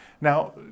Now